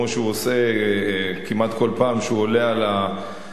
כמו שהוא עושה כמעט כל פעם כשהוא עולה על הדוכן,